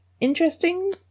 interesting